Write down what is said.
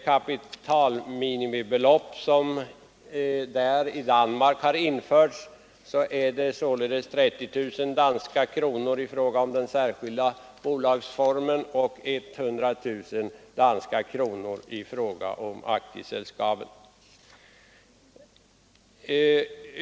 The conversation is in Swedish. Kapitalminimibeloppet är 30000 danska kronor i fråga om den särskilda bolagsformen och 100 000 danska kronor i fråga om aktieselskab.